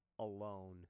alone